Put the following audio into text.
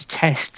test